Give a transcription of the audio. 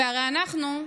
והרי אנחנו,